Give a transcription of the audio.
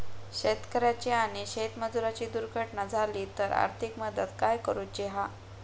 शेतकऱ्याची आणि शेतमजुराची दुर्घटना झाली तर आर्थिक मदत काय करूची हा?